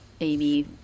Amy